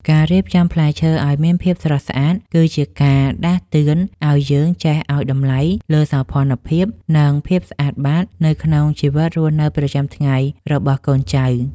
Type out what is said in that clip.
ការរៀបចំផ្លែឈើឱ្យមានភាពស្រស់ស្អាតគឺជាការដាស់តឿនឱ្យយើងចេះឱ្យតម្លៃលើសោភ័ណភាព និង ភាពស្អាតបាតនៅក្នុងជីវិតរស់នៅប្រចាំថ្ងៃរបស់កូនចៅ។